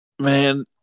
Man